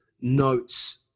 notes